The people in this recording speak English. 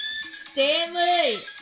Stanley